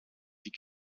die